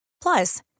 Plus